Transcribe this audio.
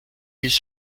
his